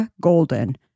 Golden